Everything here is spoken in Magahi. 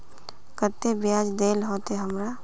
केते बियाज देल होते हमरा?